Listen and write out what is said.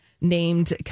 named